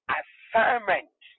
assignment